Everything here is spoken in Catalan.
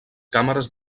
càmeres